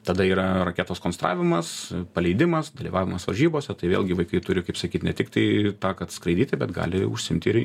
tada yra raketos konstravimas paleidimas dalyvavimas varžybose tai vėlgi vaikai turi kaip sakyt ne tiktai tą kad skraidyti bet gali užsiimti ir